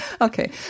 Okay